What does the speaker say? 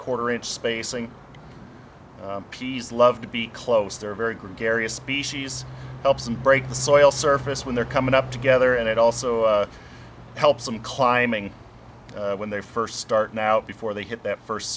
quarter inch spacing peas love to be close they're very gregarious species helps and break the soil surface when they're coming up together and it also helps some climbing when they first start now before they hit that first